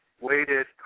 weighted